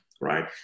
right